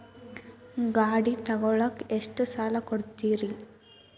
ಗಾಡಿ ತಗೋಳಾಕ್ ಎಷ್ಟ ಸಾಲ ಕೊಡ್ತೇರಿ?